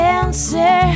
answer